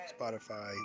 Spotify